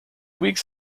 weeks